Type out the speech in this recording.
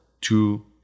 two